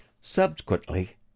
Subsequently